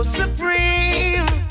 supreme